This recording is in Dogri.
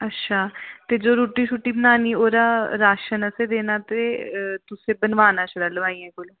अच्छा ते ओह् रुट्टी बनानी ते ओह्दा राशन आस्तै देना ते तुसें बनोआना छड़ा लोहाइयें कोला